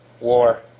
war